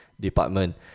department